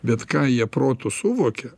bet ką jie protu suvoia